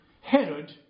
Herod